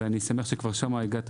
ואני שמח שכבר שם הגעת,